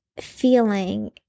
feeling